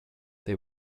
they